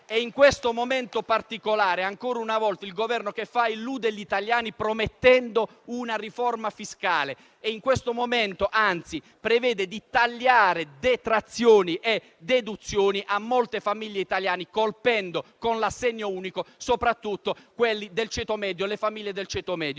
In questo momento particolare, ancora una volta il Governo che fa? Illude gli italiani, promettendo una riforma fiscale, e addirittura prevede di tagliare detrazioni e deduzioni a molte famiglie italiane, colpendo con l'assegno unico soprattutto quelle del ceto medio.